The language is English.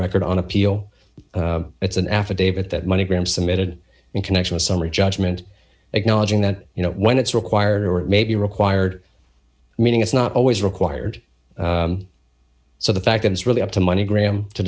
record on appeal it's an affidavit that money gram submitted in connection with summary judgment acknowledging that you know when it's required or maybe required meaning it's not always required so the fact that it's really up to money gram to